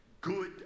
good